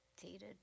dated